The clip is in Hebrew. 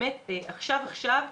עכשיו עכשיו,